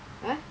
what